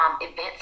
Events